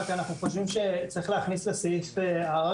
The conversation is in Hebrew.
רק אנחנו חושבים שצריך להכניס לסעיף הערר